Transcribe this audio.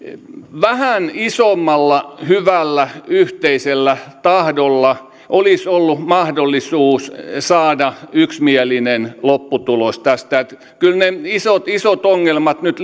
vähän isommalla hyvällä yhteisellä tahdolla olisi ollut mahdollisuus saada yksimielinen lopputulos tästä kyllä ne isot isot ongelmat nyt